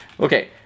Okay